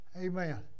amen